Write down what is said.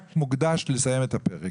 רק כדי לסיים את הפרק.